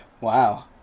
Wow